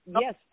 yes